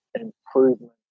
improvement